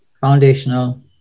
Foundational